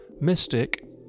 Mystic